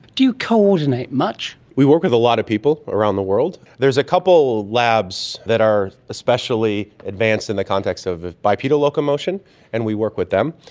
do you coordinate much? we work with a lot of people around the world. there's a couple of labs that are especially advanced in the context of of bipedal locomotion and we work with them.